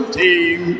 team